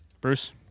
Bruce